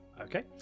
Okay